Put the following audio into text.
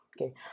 Okay